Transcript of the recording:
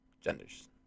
genders